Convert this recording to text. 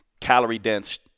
calorie-dense